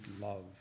love